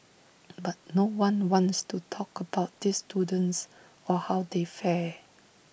but no one wants to talk about these students or how they fare